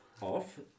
off